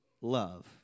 love